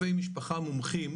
משפחה מומחים,